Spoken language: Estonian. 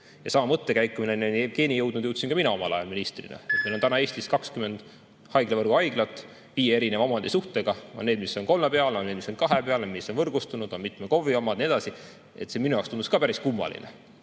mõttekäiguni, milleni on Jevgeni jõudnud, jõudsin ka mina omal ajal ministrina. Meil on täna Eestis 20 haiglavõrgu haiglat viie erineva omandisuhtega – on need, mis on kolme peale, on need, mis on kahe peale, mis on võrgustunud, on mitme KOV-i omad ja nii edasi. See minu jaoks tundus päris kummaline.